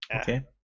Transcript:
Okay